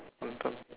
on top